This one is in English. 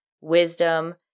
wisdom